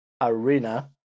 arena